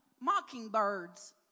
Mockingbirds